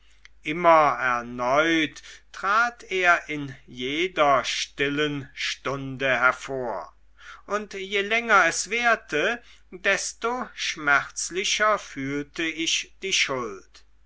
immer erneut trat er in jeder stillen stunde hervor und je länger es währte desto schmerzlicher fühlte ich die schuld